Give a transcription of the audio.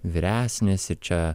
vyresnis ir čia